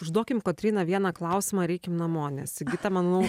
užduokim kotryna vieną klausimą ir eikim namo nes sigita manau